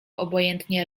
obojętnie